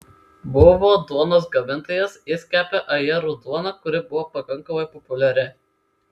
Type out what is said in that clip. buvo duonos gamintojas jis kepė ajerų duoną kuri buvo pakankamai populiari